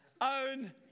own